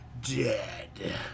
dead